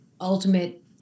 ultimate